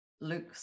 luke